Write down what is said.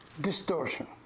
Distortion